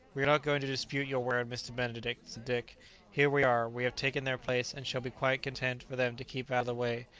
we are not going to dispute your word, mr. benedict, said dick here we are we have taken their place, and shall be quite content for them to keep out of the way,